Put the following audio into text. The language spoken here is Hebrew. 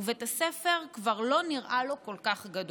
ובית הספר כבר לא נראה לו כל כך גדול.